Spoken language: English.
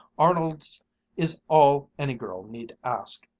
arnold's is all any girl need ask,